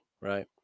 right